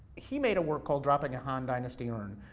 he made a work called dropping a han dynasty urn,